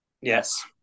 Yes